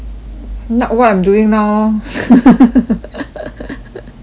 now [what] I'm doing now lor